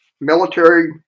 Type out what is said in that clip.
Military